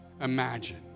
imagine